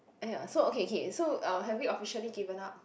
aiyah so okay kay so uh have we officially given up